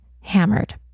hammered